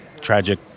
tragic